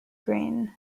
grain